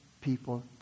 people